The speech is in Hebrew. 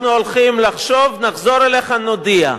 אנחנו הולכים לחשוב, נחזור אליך, נודיע.